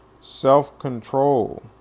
self-control